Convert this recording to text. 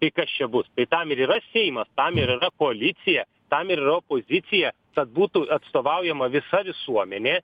tai kas čia bus kai tam yra seimas tam ir yra policija tam yra opozicija kad būtų atstovaujama visa visuomenė